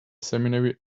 seminary